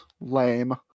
Lame